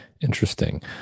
Interesting